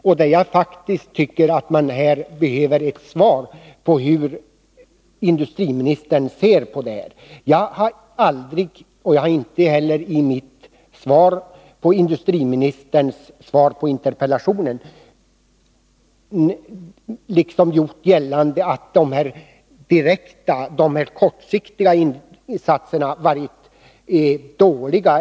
Jag tycker faktiskt att man behöver besked om hur industriministern ser på detta. Jag har aldrig, inte heller i mitt inlägg efter industriministerns svar på interpellationen, gjort gällande att de direkta kortsiktiga insatserna varit dåliga.